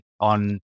on